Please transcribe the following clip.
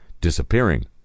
disappearing